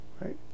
right